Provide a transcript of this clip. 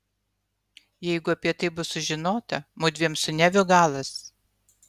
jeigu apie tai bus sužinota mudviem su neviu galas